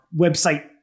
website